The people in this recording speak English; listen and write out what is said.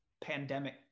pandemic